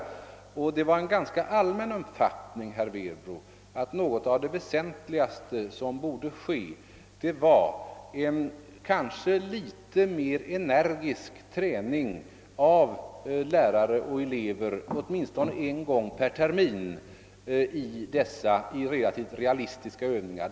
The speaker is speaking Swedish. Det rådde, herr Werbro, en ganska allmän uppfattning om att något av det väsentligaste var att åstadkomma ett mera energiskt deltagande av lärare och elever, åtminstone en gång per termin, i relativt realistiska brandövningar.